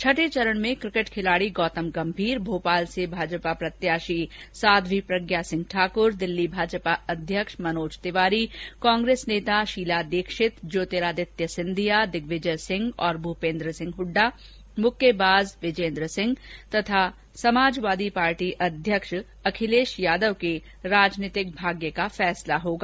छठे चरण में क्रिकेट खिलाड़ी गौतम गम्भीर भोपाल र्स भाजपा प्रत्याशी साध्वी प्रज्ञा सिंह ठाक्र दिल्ली भाजपा अध्यक्ष मनोज तिवारी कांग्रेस नेता शीला दीक्षित ज्योतिरादित्य सिंधिया दिग्विजय सिंह और भूपेंद्र सिंह हड्डा मुक्केबाज विजेन्दर सिंह और सपा अध्यक्ष अखिलेश यादव के राजनीतिक भाग्य का फैसला होगा